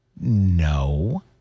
No